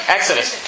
Exodus